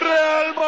Real